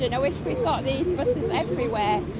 you know wish we'd got these buses everywhere,